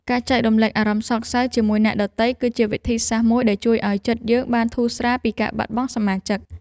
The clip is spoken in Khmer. ការចែករំលែកអារម្មណ៍សោកសៅជាមួយអ្នកដទៃ គឺជាវិធីសាស្រ្តមួយដែលជួយឱ្យចិត្តយើងបានធូរស្រាលពីការបាត់បង់សមាជិក។